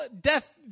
death